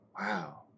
Wow